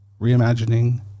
reimagining